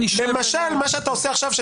למשל מה שאתה עושה עכשיו,